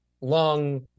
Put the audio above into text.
long